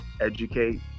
educate